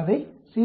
அதை 0